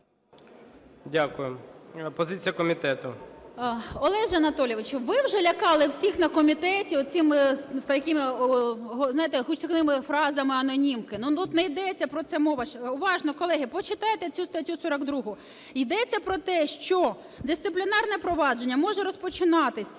ВЕНЕДІКТОВА І.В. Олеже Анатолійовичу, ви вже лякали всіх на комітеті оцими такими, знаєте, гучними фразами - "анонімки". Но тут не йдеться про це мова. Уважно, колеги, почитайте цю статтю 42. Йдеться про те, що дисциплінарне провадження може розпочинатися